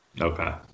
okay